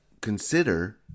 consider